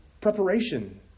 preparation